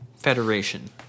federation